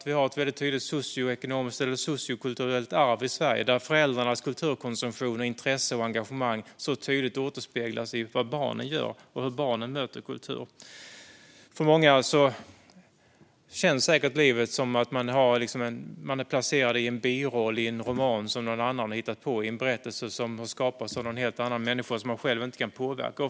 Vi har ett tydligt socioekonomiskt eller sociokulturellt arv i Sverige, där föräldrarnas kulturkonsumtion, intresse och engagemang så tydligt återspeglas i vad barnen gör och hur barnen möter kultur. För många känns säkert livet som att man är placerad i en biroll i en roman som någon annan har hittat på, i en berättelse som har skapats av någon helt annan människa och som man själv inte kan påverka.